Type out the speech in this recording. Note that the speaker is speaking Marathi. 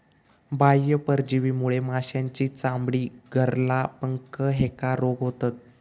बाह्य परजीवीमुळे माशांची चामडी, गरला, पंख ह्येका रोग होतत